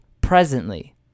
presently